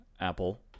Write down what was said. Apple